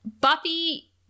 buffy